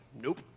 nope